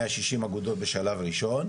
מאה שישים אגודות בשלב ראשון,